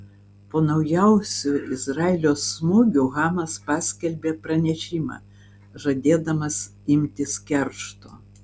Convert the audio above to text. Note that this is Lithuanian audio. po naujausių izraelio smūgių hamas paskelbė pranešimą žadėdamas imtis keršto